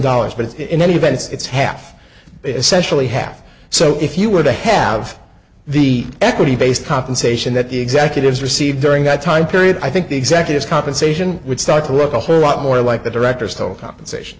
dollars but in any event it's half essentially half so if you were to have the equity based compensation that executives received during that time period i think the executive compensation would start to look a whole lot more like the directors told compensation